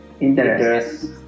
interest